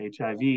HIV